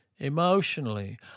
emotionally